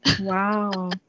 wow